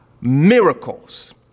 miracles